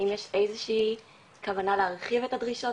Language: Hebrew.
אם יש איזושהי כוונה להרחיב את הדרישות